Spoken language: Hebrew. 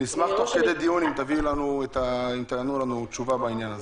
נשמח אם תוך כדי דיון תתנו תשובה בעניין הזה.